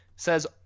says